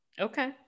okay